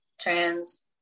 trans